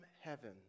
heaven